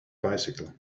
bicycle